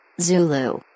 Zulu